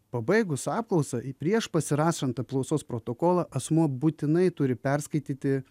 pabaigus apklausą į prieš pasirašant apklausos protokolą asmuo būtinai turi perskaityti